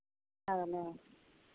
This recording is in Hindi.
चलो